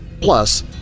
plus